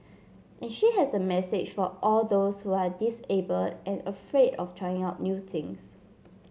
and she has a message for all those who are disabled and afraid of trying out new things